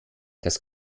das